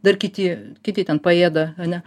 dar kiti kiti ten paėda ane